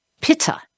pitta